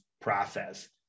process